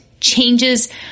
changes